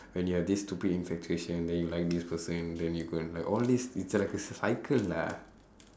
when you have this stupid infatuation then you like this person then you go and like all this is like a cycle lah